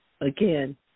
again